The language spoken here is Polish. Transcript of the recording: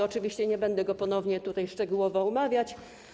Oczywiście nie będę go ponownie szczegółowo omawiać.